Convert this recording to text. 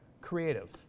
creative